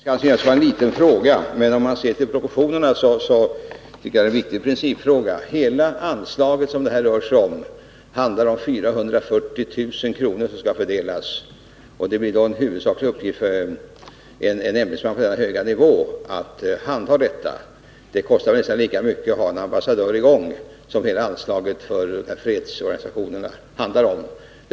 Herr talman! Det kanske kan sägas vara en liten fråga, men om man ser till proportionerna tycker jag det är en viktig principfråga. Hela detta anslag uppgår till 440 000 kr., som skall fördelas. Det blir då en huvudsaklig uppgift för en ämbetsman på denna höga nivå att handha det här. Det kostar nästan lika mycket att ha en ambassadör i tjänst som hela anslaget till dessa fredsorganisationer uppgår till.